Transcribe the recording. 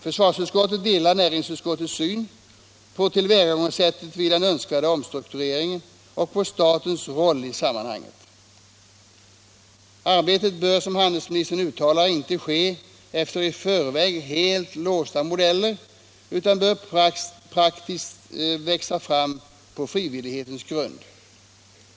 Försvarsutskottet delar näringsutskottets syn på tillvägagångssättet vid den önskvärda omstruktureringen och på statens roll i sammanhanget. Som handelsministern uttalar bör arbetet dock inte ske efter i förväg helt låsta modeller utan praktiskt växa fram på frivillighetens grund.